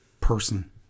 person